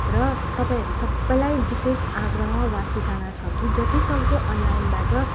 र तपाईँहरू सबैलाई विशेष आग्रह वा सूचना छ कि जतिसक्दो अनलाइनबाट